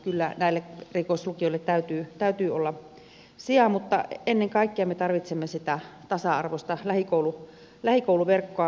kyllä näille erikoislukioille täytyy olla sijaa mutta ennen kaikkea me tarvitsemme sitä tasa arvoista lähikouluverkkoa